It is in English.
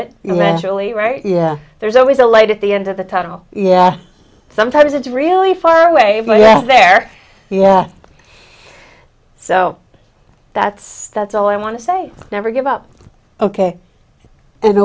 it eventually right yeah there's always a light at the end of the tunnel yeah sometimes it's really far away my left there yeah so that's that's all i want to say never give up ok and